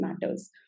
matters